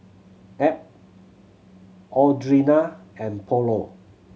Ab Audrina and Paulo